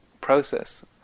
process